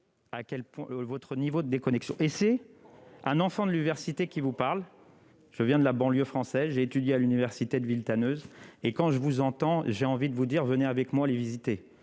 à quel point votre niveau des connexions et c'est un enfant de l'université qui vous parle, je viens de la banlieue française j'ai étudié à l'université de Villetaneuse et quand je vous entends, j'ai envie de vous dire : venez avec moi les visiter,